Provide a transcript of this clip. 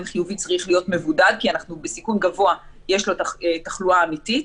חיובי צריך להיות מבודד כי בסיכון גבוה יש לו תחלואה אמיתית.